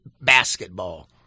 basketball